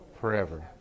forever